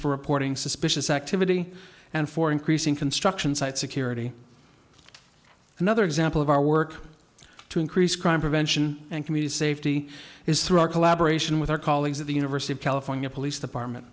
for reporting suspicious activity and for increasing construction site security another example of our work to increase crime prevention and community safety is through our collaboration with our colleagues at the university of california police department